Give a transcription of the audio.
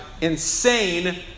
insane